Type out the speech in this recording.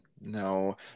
no